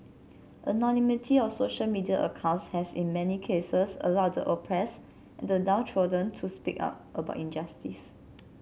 anonymity of social media accounts has in many cases allowed the oppressed and the downtrodden to speak out about injustice